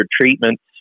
treatments